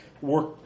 work